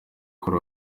kuri